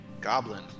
goblin